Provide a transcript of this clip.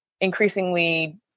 increasingly